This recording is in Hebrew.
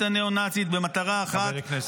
הניאו-נאצית במטרה אחת -- חבר הכנסת עמית הלוי.